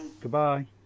Goodbye